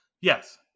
yes